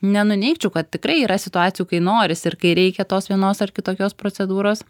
nenuneigčiau kad tikrai yra situacijų kai norisi ir kai reikia tos vienos ar kitokios procedūros